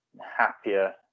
happier